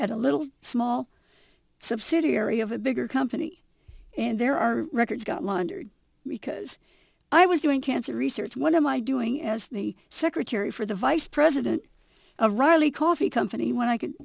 had a little small subsidiary of a bigger company and there are records got laundered because i was doing cancer research one of my doing as the secretary for the vice president of riley coffee company when i c